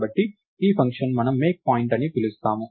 కాబట్టి ఈ ఫంక్షన్ మనము మేక్ పాయింట్ అని పిలుస్తాము